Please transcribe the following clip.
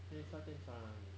then 你插电插哪里